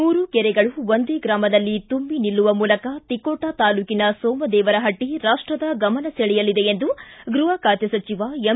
ಮೂರು ಕೆರೆಗಳು ಒಂದೇ ಗ್ರಾಮದಲ್ಲಿ ತುಂಬಿ ನಿಲ್ಲುವ ಮೂಲಕ ತಿಕೋಟಾ ತಾಲೂಕಿನ ಸೋಮದೇವರಹಟ್ಟಿ ರಾಷ್ಷದ ಗಮನ ಸೆಳೆಯಲಿದೆ ಎಂದು ಗೃಹ ಖಾತೆ ಸಚಿವ ಎಂ